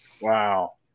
Wow